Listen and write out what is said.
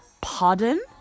Pardon